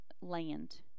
land